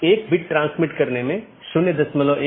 इसमें स्रोत या गंतव्य AS में ही रहते है